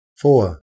Four